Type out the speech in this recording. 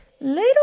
Little